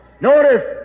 Notice